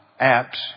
apps